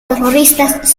terroristas